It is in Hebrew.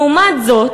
לעומת זאת,